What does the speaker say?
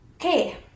Okay